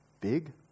big